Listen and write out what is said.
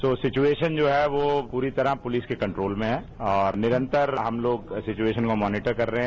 जो सिच्रऐशन जो है पूरी तरह पूलिस के कंट्रोल में है और निरंतर हम लोग सिच्रएशन को मॉनिटर कर रहे हैं